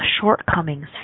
shortcomings